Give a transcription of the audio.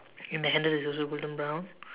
and the handle is also golden brown